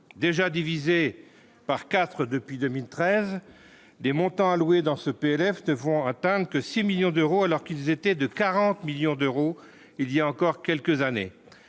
déjà divisé par 4 depuis 2013, des montants alloués dans ce PLF 2 vont atteintes que 6 millions d'euros, alors qu'ils étaient de 40 millions d'euros il y a encore quelques années,